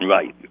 Right